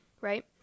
right